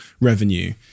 revenue